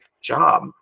job